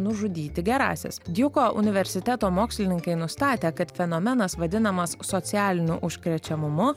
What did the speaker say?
nužudyti gerąsias djuko universiteto mokslininkai nustatė kad fenomenas vadinamas socialiniu užkrečiamumu